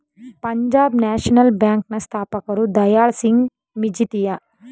Punjab National Bank ನ ಸ್ಥಾಪಕರು ದಯಾಳ್ ಸಿಂಗ್ ಮಜಿತಿಯ